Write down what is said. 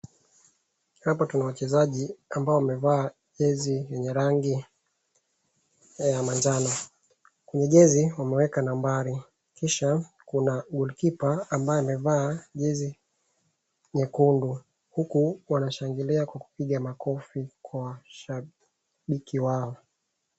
Hapa tunawachezaji ambao wamevaa jezi yenye rangi ya majano,. Kwenye jezi wameweka nambari kisha kuna golikipa ambaye amevaa jezi nyekundu huku wanashangilia kwa kupiga makofi kwa shabiki wao.